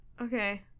Okay